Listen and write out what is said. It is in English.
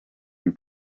and